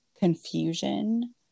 confusion